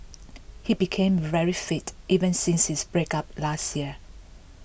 he became very fit even since his breakup last year